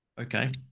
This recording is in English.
Okay